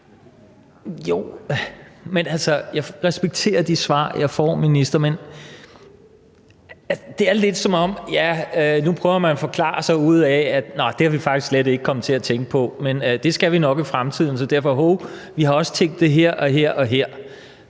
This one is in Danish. Jo, men altså, jeg respekterer de svar, jeg får, minister, men det er lidt, som om man nu prøver at forklare sig ud af det og siger: Nå, det er vi faktisk slet ikke kommet til at tænke på, men det skal vi nok i fremtiden, så derfor, hov, har vi også tænkt det her og her og her.